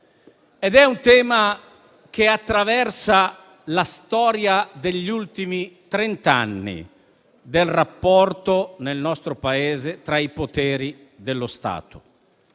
di un tema che attraversa la storia degli ultimi trent'anni, del rapporto tra i poteri dello Stato